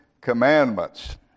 Commandments